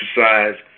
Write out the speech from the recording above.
exercise